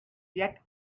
yet